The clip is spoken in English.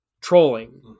trolling